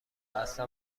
اصلا